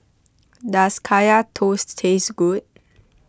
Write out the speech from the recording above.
does Kaya Toast taste good